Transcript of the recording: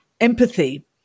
empathy